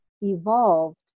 evolved